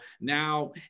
Now